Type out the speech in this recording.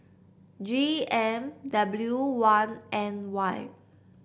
G M W one N Y